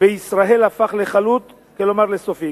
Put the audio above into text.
בישראל הפך לחלוט, כלומר לסופי.